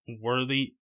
worthy